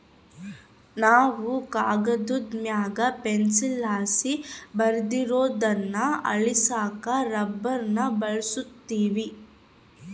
ನಾವು ಕಾಗದುದ್ ಮ್ಯಾಗ ಪೆನ್ಸಿಲ್ಲಾಸಿ ಬರ್ದಿರೋದ್ನ ಅಳಿಸಾಕ ರಬ್ಬರ್ನ ಬಳುಸ್ತೀವಿ